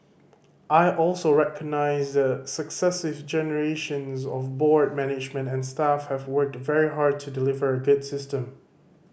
I also recognise that successive generations of board management and staff have worked very hard to deliver a good system